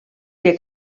que